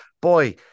Boy